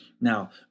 now